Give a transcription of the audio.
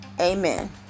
Amen